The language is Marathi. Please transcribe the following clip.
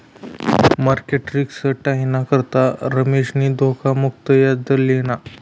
मार्केट रिस्क टायाना करता रमेशनी धोखा मुक्त याजदर लिना